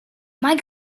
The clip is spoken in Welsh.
mae